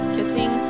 Kissing